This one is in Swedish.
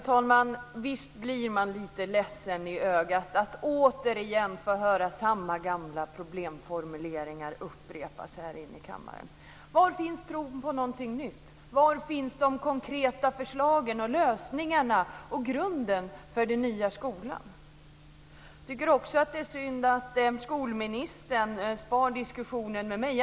Herr talman! Visst blir man lite ledsen i ögat när man återigen får höra samma gamla problemformuleringar här i kammaren. Var finns tron på någonting nytt? Var finns de konkreta förslagen och lösningarna? Var finns grunden för den nya skolan? Det är synd att skolministern sparar diskussionen med mig.